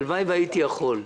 הלוואי והייתי יכול.